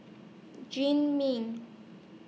Jim Mean